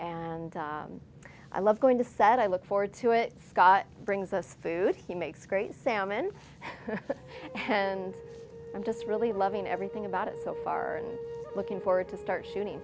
and i love going to said i look forward to it scott brings us food he makes great salmon and i'm just really loving everything about it so far looking forward to start shooting